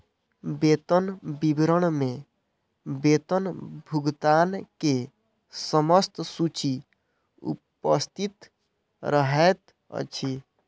वेतन विवरण में वेतन भुगतान के समस्त सूचि उपस्थित रहैत अछि